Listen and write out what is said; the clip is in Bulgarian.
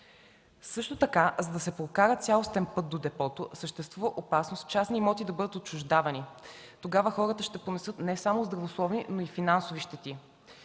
„Суха река”. За да се прокара цялостен път до депото съществува опасност частни имоти да бъдат отчуждавани. Тогава хората ще понесат не само здравословни, но и финансови щети.